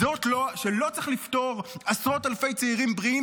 שלא צריך לפטור עשרות אלפי צעירים בריאים